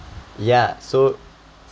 ya so